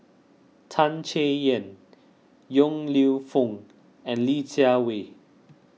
Tan Chay Yan Yong Lew Foong and Li Jiawei